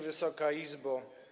Wysoka Izbo!